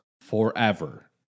forever